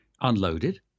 unloaded